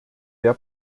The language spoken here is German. der